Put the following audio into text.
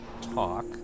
talk